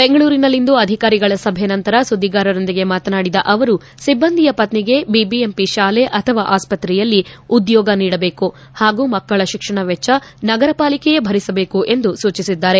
ಬೆಂಗಳೂರಿನಲ್ಲಿಂದು ಅಧಿಕಾರಿಗಳ ಸಭೆ ನಂತರ ಸುದ್ಲಿಗಾರರೊಂದಿಗೆ ಮಾತನಾಡಿದ ಅವರು ಸಿಬ್ಲಂದಿಯ ಪತ್ನಿಗೆ ಬಿಬಿಎಂಪಿ ಶಾಲೆ ಅಥವಾ ಆಸ್ಪತ್ರೆಯಲ್ಲಿ ಉದ್ಯೋಗ ನೀಡಬೇಕು ಹಾಗೂ ಮಕ್ಕಳ ಶಿಕ್ಷಣ ವೆಚ್ಚ ನಗರ ಪಾಲಿಕೆಯೇ ಭರಿಸಬೇಕು ಎಂದು ಸೂಚಿಸಿದ್ದಾರೆ